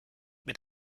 mit